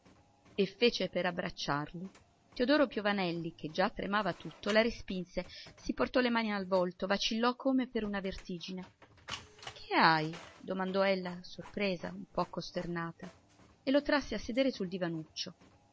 e fece per abbracciarlo teodoro piovanelli che già tremava tutto la respinse si portò le mani al volto vacillò come per una vertigine che hai domandò ella sorpresa un po costernata e lo trasse a sedere sul